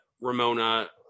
Ramona